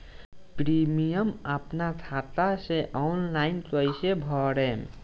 Premium अपना खाता से ऑनलाइन कईसे भरेम?